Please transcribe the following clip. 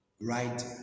right